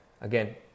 again